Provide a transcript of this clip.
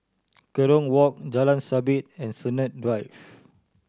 Kerong Walk Jalan Sabit and Sennett Drive